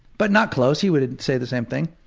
but not close. he would say the same thing.